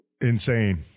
insane